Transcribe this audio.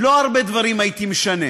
לא הרבה דברים הייתי משנה,